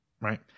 right